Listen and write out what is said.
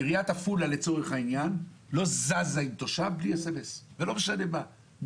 עיריית עפולה לא זזה עם תושב בלי סמס ולא משנה מה,